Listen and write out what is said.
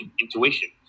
intuition